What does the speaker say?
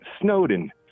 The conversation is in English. Snowden